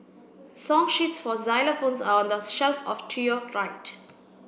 song sheets for xylophones are on the shelf of to your right